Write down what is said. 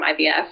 IVF